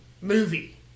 Movie